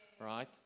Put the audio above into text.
right